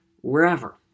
wherever